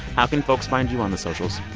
how can folks find you on the socials?